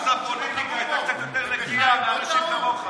אז הפוליטיקה הייתה קצת יותר נקייה מאנשים כמוך,